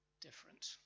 different